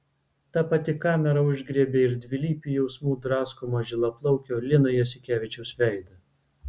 ta pati kamera užgriebė ir dvilypių jausmų draskomo žilaplaukio lino jasikevičiaus veidą